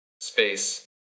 space